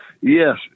Yes